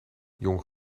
jong